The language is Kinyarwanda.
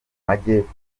majyepfo